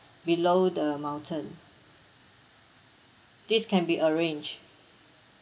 below the mountain this can be arranged